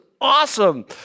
awesome